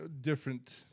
different